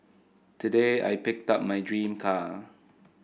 today I picked up my dream car